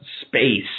space